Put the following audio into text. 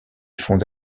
fonde